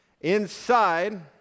inside